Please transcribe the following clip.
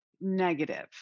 negative